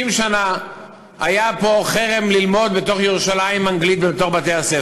90 שנה היה פה בירושלים חרם על לימוד אנגלית בבתי-הספר,